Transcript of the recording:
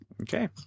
okay